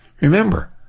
remember